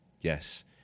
Yes